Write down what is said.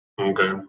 Okay